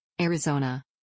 Arizona